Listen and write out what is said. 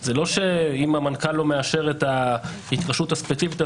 זה לא שאם המנכ"ל לא מאשר את ההתקשרות הספציפית,